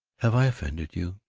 have i offended you?